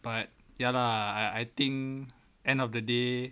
but ya lah I I think end of the day